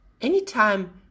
anytime